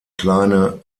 kleine